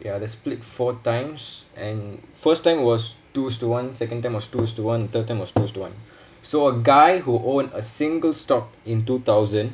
ya they split four times and first time was two is to one second time was two is to one and third time was two is to one so a guy who own a single stock in two thousand